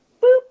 boop